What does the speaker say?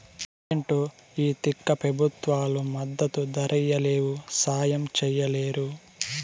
ఏంటో ఈ తిక్క పెబుత్వాలు మద్దతు ధరియ్యలేవు, సాయం చెయ్యలేరు